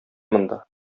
монда